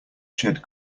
shed